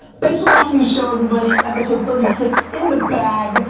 thanks for watching the show everybody. episode thirty six in the bag.